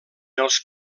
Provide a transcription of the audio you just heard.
els